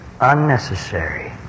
unnecessary